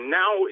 now